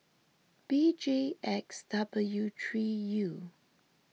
B J X W three U